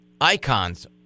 icons